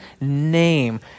name